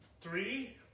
three